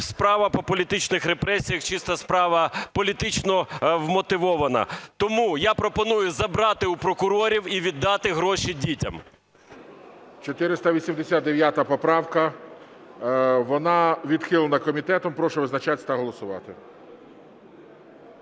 справа по політичних репресіях, чисто справа політично вмотивована. Тому я пропоную забрати у прокурорів і віддати гроші дітям. ГОЛОВУЮЧИЙ. 489 поправка. Вона відхилена комітетом. Прошу визначатися та голосувати.